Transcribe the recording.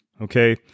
okay